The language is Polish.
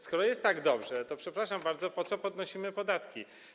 Skoro jest tak dobrze, przepraszam bardzo, to po co podnosimy podatki?